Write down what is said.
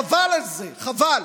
חבל על זה, חבל.